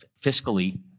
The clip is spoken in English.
fiscally